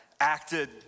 acted